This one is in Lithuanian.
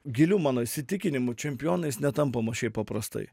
giliu mano įsitikinimu čempionais netampama šiaip paprastai